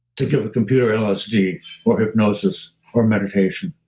to give a computer lsd or hypnosis or meditation?